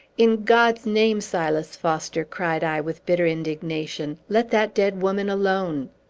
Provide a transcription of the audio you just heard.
in god's name, silas foster, cried i with bitter indignation, let that dead woman alone!